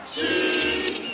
Cheese